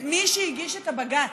את מי שהגיש את הבג"ץ,